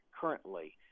currently